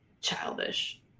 childish